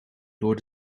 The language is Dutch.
door